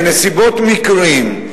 בנסיבות מקרים,